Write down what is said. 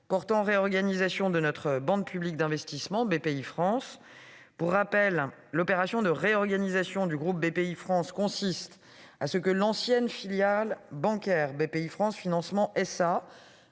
portant réorganisation de notre banque publique d'investissement, Bpifrance. Pour rappel, l'opération de réorganisation du groupe Bpifrance consiste à ce que l'ancienne filiale bancaire, Bpifrance Financement SA,